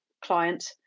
client